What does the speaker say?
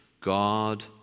God